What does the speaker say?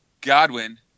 Godwin